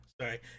sorry